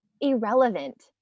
irrelevant